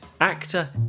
actor